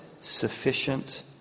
sufficient